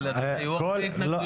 אבל היו הרבה התנגדויות.